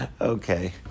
Okay